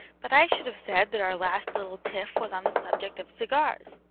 but i should have said that our last little tiff was on the subject of cigars.